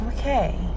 Okay